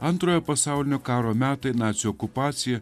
antrojo pasaulinio karo metai nacių okupacija